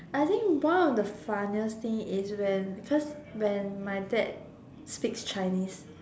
I think one of the funniest thing is when cause when my dad speaks Chinese